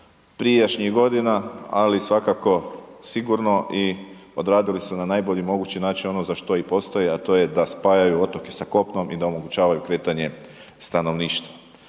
prijašnjih godina ali svakako sigurno i odradili su na najbolji mogući način ono za što i postoje a to je da spajaju otoke sa kopnom i da omogućavaju kretanje stanovništva.